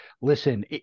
listen